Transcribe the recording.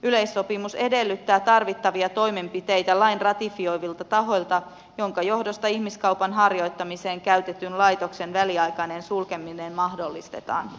yleissopimus edellyttää lain ratifioivilta tahoilta tarvittavia toimenpiteitä joiden johdosta ihmiskaupan harjoittamiseen käytetyn laitoksen väliaikainen sulkeminen mahdollistetaan